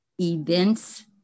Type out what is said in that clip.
events